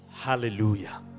Hallelujah